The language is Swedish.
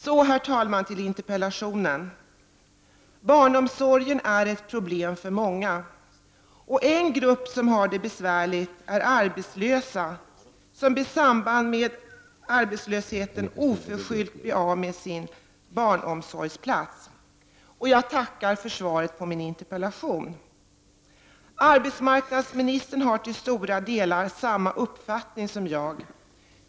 Så, herr talman, till interpellationssvaret. Barnomsorgen är ett problem för många, och en grupp som har det besvärligt är arbetslösa som i samband med arbetslösheten oförskyllt blir av med sina barnomsorgsplatser. Jag tackar för svaret på min interpellation. Arbetsmarknadsministern har till stora delar samma uppfattning som jag.